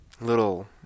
little